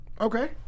Okay